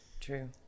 True